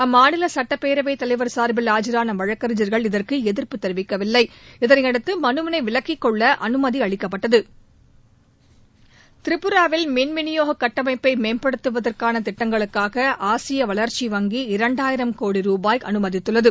அம்மாநில சட்டப்பேரவைத் தலைவர் சார்பில் ஆஜரான வழக்கறிஞர்கள் இதற்கு எதிர்ப்பு தெரிவிக்கவில்லை இதனையடுத்து மனுக்களை விலக்கிக் கொள்ள அனுமதி அளிக்கப்பட்டது திரிபுராவில் மின் விநியோக கட்டமைப்பை மேம்படுத்துவதற்கான திட்டங்களுக்காக ஆசிய வளர்ச்சி வங்கி இரண்டாயிரம் கோடி ரூபாயை அனுமதித்துள்ளது